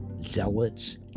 Zealots